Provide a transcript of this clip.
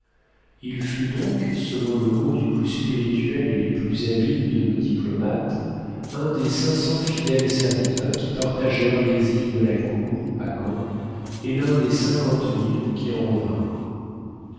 il fut donc selon le mot du plus spirituel et du plus habile de nos diplomates un des cinq cents fidèles serviteurs qui partagèrent l'exil de la cour à gand et l'un des cinquante mille qui en revinrent